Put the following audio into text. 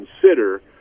consider